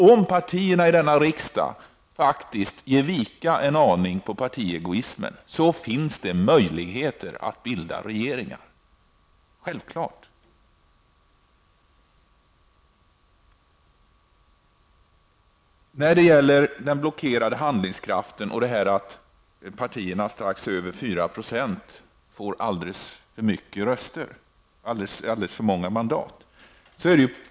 Om partierna i någon liten utsträckning gör avkall på partiegoismen finns det enligt min mening möjligheter att bilda regeringar. Självklart är det så. Så till frågan om den blockerade handlingskraften och talet om att de partier som ligger strax ovanför 4-procentsgränsen får alldeles för många mandat.